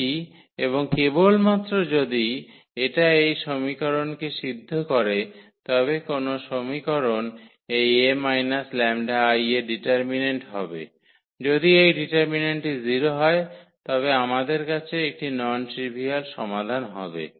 যদি এবং কেবলমাত্র যদি এটা এই সমীকরণকে সিদ্ধ করে তবে কোন সমীকরণ এই 𝐴 𝜆𝐼 এর ডিটারমিন্যান্ট হবে যদি এই ডিটারমিন্যান্টটি 0 হয় তবে আমাদের কাছে একটি নন ট্রিভিয়াল সমাধান হবে